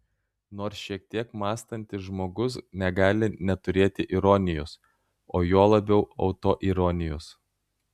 nors šiek tiek mąstantis žmogus negali neturėti ironijos o juo labiau autoironijos